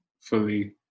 fully